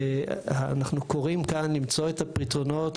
ואנחנו קוראים כאן למצוא את הפתרונות,